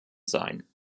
sein